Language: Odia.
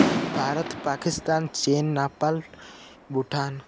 ଭାରତ ପାକିସ୍ତାନ୍ ଚୀନ୍ ନେପାଲ୍ ଭୁଟାନ୍